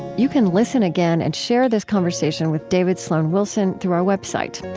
you can listen again and share this conversation with david sloan wilson through our website,